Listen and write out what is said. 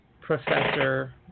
professor